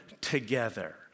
together